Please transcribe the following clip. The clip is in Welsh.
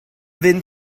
fynd